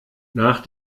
nach